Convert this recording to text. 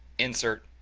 insert,